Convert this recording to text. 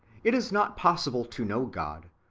it is not possible to know god,